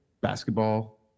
Basketball